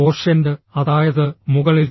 quotient അതായത് മുകളിൽ